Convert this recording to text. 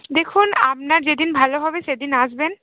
দেখুন আপনার যেদিন ভালো হবে সেদিন আসবেন